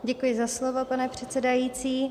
Děkuji za slovo, pane předsedající.